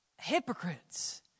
hypocrites